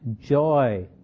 joy